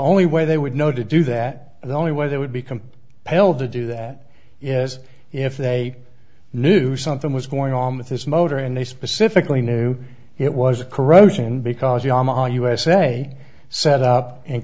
only way they would know to do that the only way they would be compelled to do that is if they knew something was going on with this motor and they specifically knew it was a corrosion because yamaha usa set up and